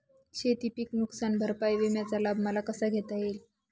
शेतीपीक नुकसान भरपाई विम्याचा लाभ मला कसा घेता येईल?